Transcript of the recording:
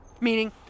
Meaning